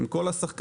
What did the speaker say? עם כל השחקנים,